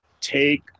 take